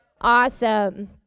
Awesome